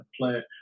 play